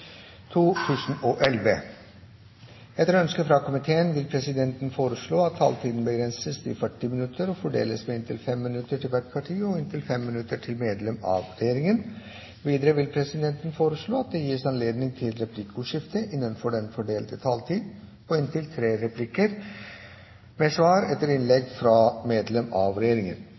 om ordet. Etter ønske fra helse- og omsorgskomiteen vil presidenten foreslå at taletiden begrenses til 40 minutter og fordeles med inntil 5 minutter til hvert parti og inntil 5 minutter til medlem av regjeringen. Videre vil presidenten foreslå at det gis anledning til replikkordskifte på inntil tre replikker med svar etter innlegg fra medlem av